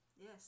Yes